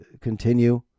continue